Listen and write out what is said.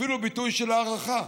אפילו ביטוי של הערכה.